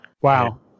Wow